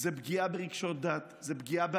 זו פגיעה ברגשות דת, זה פגיעה באנשים.